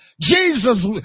Jesus